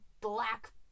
black